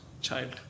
child